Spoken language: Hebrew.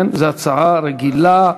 כן, זו הצעה רגילה.